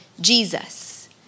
Jesus